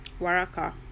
Waraka